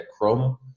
Chrome